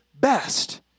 best